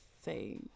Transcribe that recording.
say